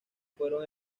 fueron